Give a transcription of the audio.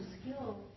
skill